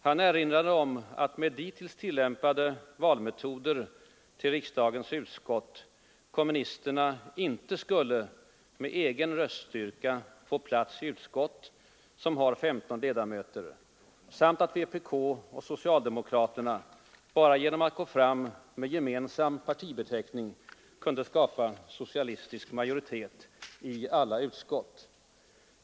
Han erinrade om att med dittills tillämpade valmetoder till riksdagens utskott kommunisterna inte skulle med egen röststyrka få plats i utskott som har 15 ledamöter samt att vpk och socialdemokraterna bara genom att gå fram med gemensam partibeteckning kunde skapa socialistisk majoritet i alla utskott.